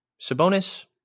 Sabonis